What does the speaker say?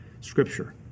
Scripture